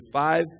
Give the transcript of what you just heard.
five